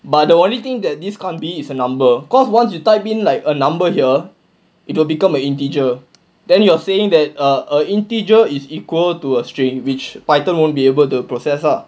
but the only thing that this can't be a number because once you type in like a number here it will become a integer then you're saying that err err integer is equal to a string which python won't be able to process ah